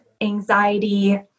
anxiety